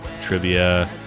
trivia